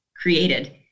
created